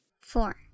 Four